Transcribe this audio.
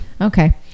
Okay